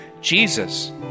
Jesus